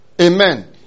Amen